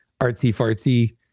artsy-fartsy